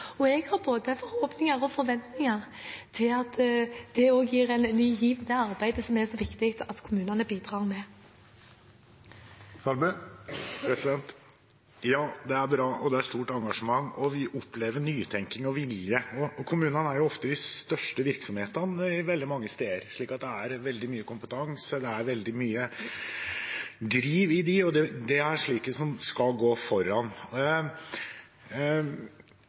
Jeg har både forhåpninger om og forventninger til at det gir en ny giv til det arbeidet som det er så viktig at kommunene bidrar med. Ja, det er bra, og det er et stort engasjement. Vi opplever nytenkning og vilje. Kommunene er ofte de største virksomhetene veldig mange steder, så det er veldig mye kompetanse og driv i dem. Det er slike som skal gå foran.